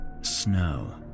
snow